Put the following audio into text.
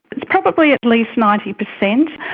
it's probably at least ninety percent,